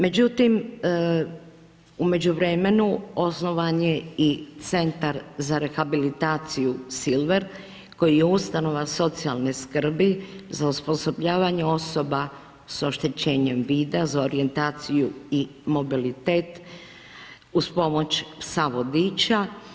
Međutim, u međuvremenu osnovan je i Centar za rehabilitaciju Silver, koji je ustanova socijalne skrbi za osposobljavanje osoba s oštećenjem vida za orijentaciju i mobilitet uz pomoć psa vodiča.